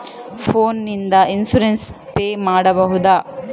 Phone ನಿಂದ insurance pay ಮಾಡಬಹುದ?